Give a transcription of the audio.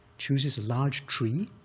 chooses a large tree,